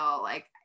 like-